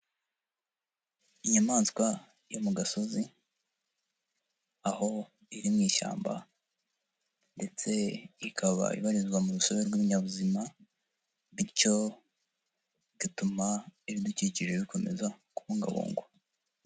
Inyamaswa yo mu gasozi aho iri mu ishyamba ndetse ikaba ibarizwa mu rusobe rw'ibinyabuzima bityo igatuma ibidukikije bikomeza kubungabungwa.